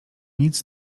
nic